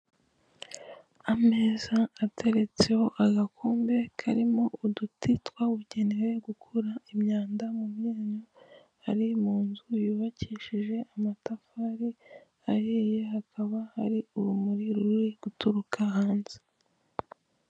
Ameza ateretseho agakombe karimo uduti twabugenewe gukura imyanda mu menyo ari mu nzu yubakishije amatafari ahiye hakaba hari urumuri ruri guturuka hanze.